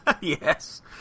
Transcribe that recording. Yes